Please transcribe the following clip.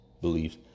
beliefs